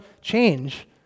change